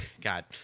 god